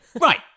right